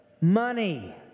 money